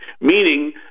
Meaning